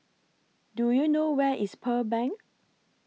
Do YOU know Where IS Pearl Bank